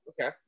okay